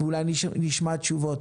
אולי נשמע תשובות.